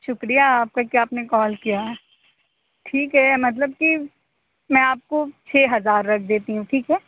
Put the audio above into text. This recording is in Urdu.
شکریہ آپ کا کہ آپ نے کال کیا ٹھیک ہے مطلب کہ میں آپ کو چھ ہزار رکھ دیتی ہوں ٹھیک ہے